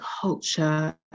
culture